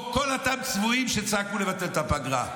או כל אותם צבועים שצעקו לבטל את הפגרה.